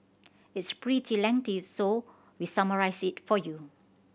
it's pretty lengthy so we summarised for you